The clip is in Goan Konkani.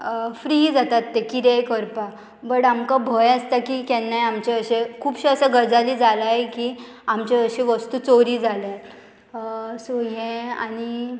फ्री जातात ते कितेंय करपाक बट आमकां भंय आसता की केन्नाय आमचे अशें खुबशे अशें गजाली जालाय की आमचे अश्यो वस्तू चोरी जाल्या सो हें आनी